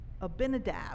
Abinadab